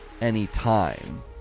anytime